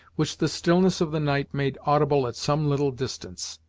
which the stillness of the night made audible at some little distance.